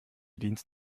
dienst